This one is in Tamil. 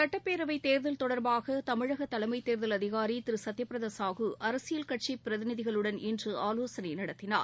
சட்டப் பேரவைத் தேர்தல் தொடர்பாக தமிழக தலைமை தேர்தல் அதிகாரி திரு சத்திய பிரதா சாஹு அரசியல் கட்சிப் பிரதிநிதிகளுடன் இன்று ஆலோசனை நடத்தினார்